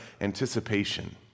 anticipation